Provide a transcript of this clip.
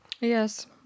Yes